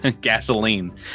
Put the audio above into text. gasoline